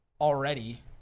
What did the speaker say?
already